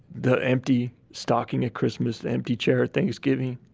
the empty stocking at christmas. the empty chair at thanksgiving.